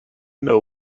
know